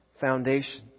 foundation